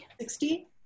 Sixty